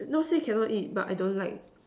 not say cannot eat but I don't like